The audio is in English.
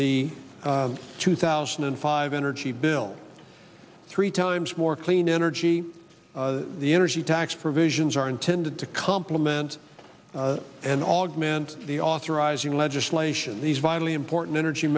the two thousand and five energy bill three times more clean energy the energy tax provisions are intended to complement and augment the authorising legislation these vitally important energy